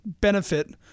benefit